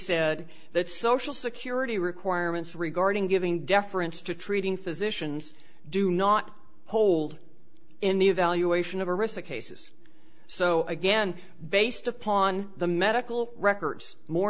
said that social security requirements regarding giving deference to treating physicians do not hold in the evaluation of arista cases so again based upon the medical records more